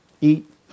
Eat